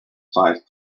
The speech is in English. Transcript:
five